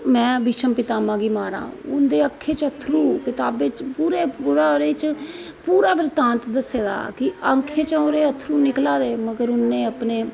में भीष्मपितामह् गी मारा उंदे आक्खां च अत्थरु कतावे च पूरा पूरा ओहदे च पूरा बृतांत दस्से दा कि अक्खी च ओहदे अत्थरुं निकला दा हे मगर उनें अपने